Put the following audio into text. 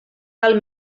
val